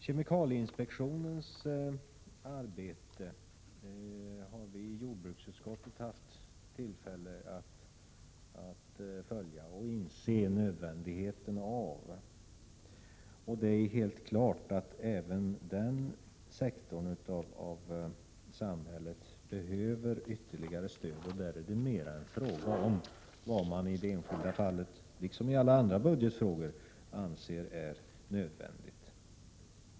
Kemikalieinspektionens arbete har vi i jordbruksutskottet haft tillfälle att följa och inse nödvändigheten av. Det är helt klart att även den sektorn av samhället behöver ytterligare stöd. Det är mera en fråga om vad man i det enskilda fallet, liksom i alla andra budgetfrågor, anser är nödvändigt.